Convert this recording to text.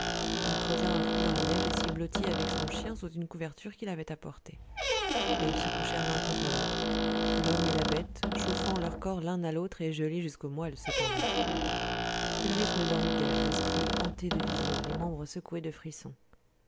il creusa un trou dans la neige et s'y blottit avec son chien sous une couverture qu'il avait apportée et ils se couchèrent l'un contre l'autre l'homme et la bête chauffant leurs corps l'un à l'autre et gelés jusqu'aux moëlles cependant ulrich ne dormit guère l'esprit hanté de visions les membres secoués de frissons